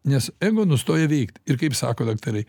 nes ego nustoja veikt ir kaip sako daktarai